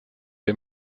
der